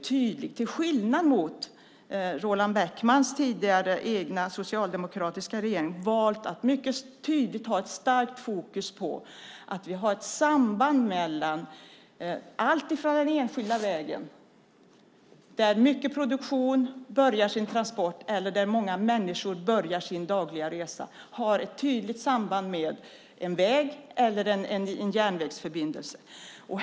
Till skillnad mot den tidigare socialdemokratiska regeringen har vi valt att mycket tydligt ha ett starkt fokus på ett samband mellan den enskilda vägen, där mycket produktion börjar sin transport och många människor börjar sin dagliga resa, och en väg eller järnvägsförbindelse.